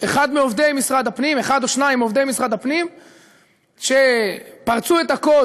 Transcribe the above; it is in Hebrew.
אחד או שניים מעובדי משרד הפנים שפרצו את הקוד